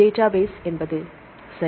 database என்பது சரி